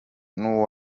akurikiza